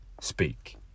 speak